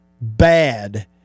bad